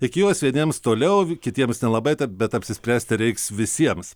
iki juos vieniems toliau kitiems nelabai tad bet apsispręsti reiks visiems